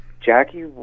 Jackie